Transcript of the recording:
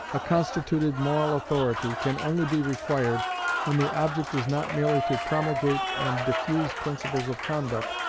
a constituted moral authority can only be required when the object is not merely to promulgate and diffuse principles of conduct,